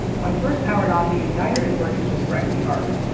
when first powered on, the ignitor is working to strike the arc.